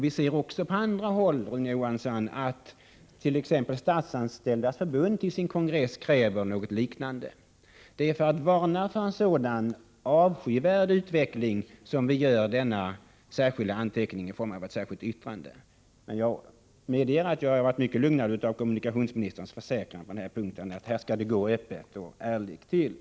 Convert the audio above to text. Vi ser också på andra håll, Rune Johansson, att t.ex. Statsanställdas förbund vid sin kongress kräver något liknande. Det är för att varna för en sådan avskyvärd utveckling som vi gör denna anteckning i form av ett särskilt yttrande. Men jag medger att jag blev mycket lugnad av kommunikationsministerns försäkran att det skall gå öppet och ärligt till.